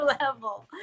level